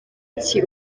iki